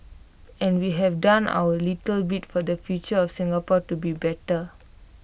and we have done our little bit for the future of Singapore to be better